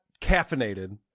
caffeinated